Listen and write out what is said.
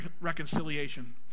reconciliation